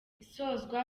isozwa